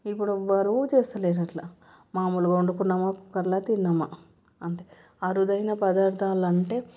ఇప్పుడు ఎవ్వరూ చేయడం లేదు అలా మామూలుగా వండుకున్నామా కుక్కర్లో తిన్నామా అంతే అరుదైన పదార్థాలు అంటే